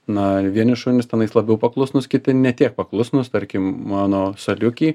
na vieni šunys tenais labiau paklusnūs kiti ne tiek paklusnūs tarkim mano saliuky